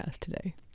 today